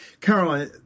Caroline